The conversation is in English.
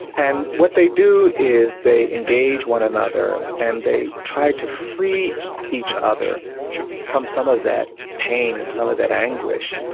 and what they do is they engage one another and they try to free each other from some of that pain and some of that anguish.